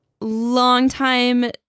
longtime